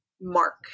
mark